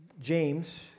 James